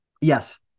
Yes